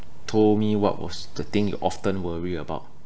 told me what was the thing you often worry about